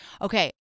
Okay